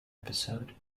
episode